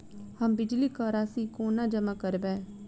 हम बिजली कऽ राशि कोना जमा करबै?